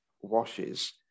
washes